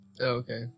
Okay